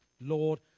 Lord